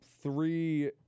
three